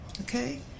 Okay